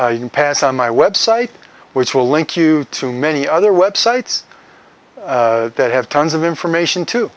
you can pass on my website which will link you to many other websites that have tons of information too